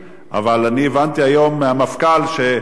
אבל אני הבנתי היום מהמפכ"ל שבאו,